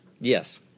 Yes